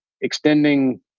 extending